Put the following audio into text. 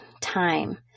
time